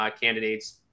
candidates